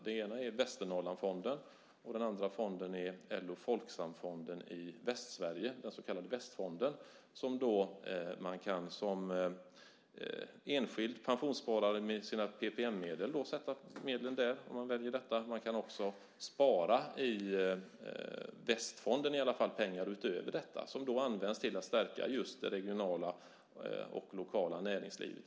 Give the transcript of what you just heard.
Den ena är Västernorrlandsfonden och den andra är Folksam LO Fond i Västsverige, den så kallade Västfonden, där enskilda pensionssparare kan sätta sina PPM-medel. Man kan också spara i Västfonden utöver detta som används till att stärka det regionala och lokala näringslivet.